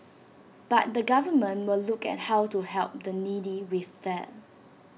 but the government will look at how to help the needy with that